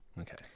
Okay